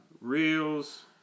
Reels